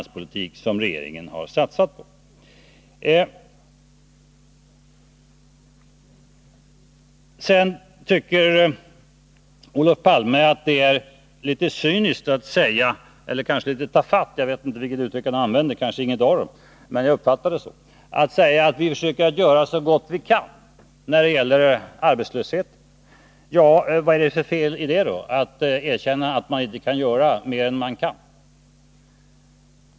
Sedan tycker Olof Palme att det är litet cyniskt att säga — eller kanske litet tafatt, jag vet inte vilket uttryck han använde; kanske inget av dem, men jag uppfattade det så — att vi försöker göra så gott vi kan för att avhjälpa arbetslösheten. Ja, vad är det för fel i att erkänna att man inte kan göra mer än man kan?